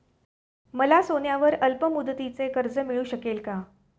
मला सोन्यावर अल्पमुदतीचे कर्ज मिळू शकेल का?